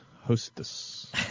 hostess